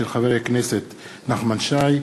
הצעתו של חבר הכנסת נחמן שי.